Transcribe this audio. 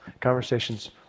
conversations